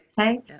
okay